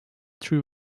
true